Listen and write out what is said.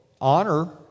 honor